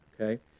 Okay